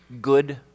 good